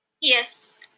Yes